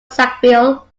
sackville